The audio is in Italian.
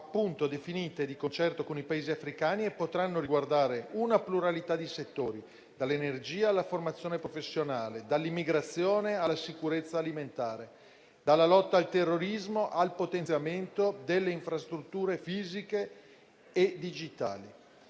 definite di concerto con i Paesi africani, come dicevo, e potranno riguardare una pluralità di settori: dall'energia alla formazione professionale, dall'immigrazione alla sicurezza alimentare, dalla lotta al terrorismo al potenziamento delle infrastrutture fisiche e digitali.